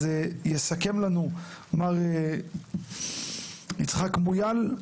אז יסכם לנו מר יצחק מויאל.